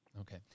Okay